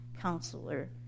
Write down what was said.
counselor